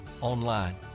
online